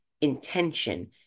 Intention